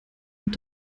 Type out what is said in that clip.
und